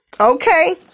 Okay